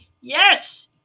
Yes